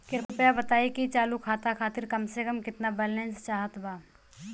कृपया बताई कि चालू खाता खातिर कम से कम केतना बैलैंस चाहत बा